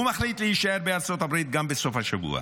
הוא מחליט להישאר בארצות הברית גם בסוף השבוע.